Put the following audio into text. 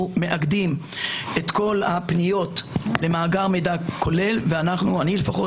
אנחנו מאגדים את כל הפניות במאגר מידע כולל ואני לפחות